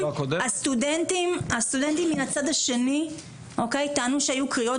הסטודנטים מן הצד השני טענו שהיו קריאות